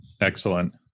Excellent